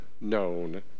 known